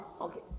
Okay